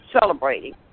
celebrating